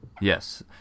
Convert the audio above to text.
Yes